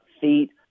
feet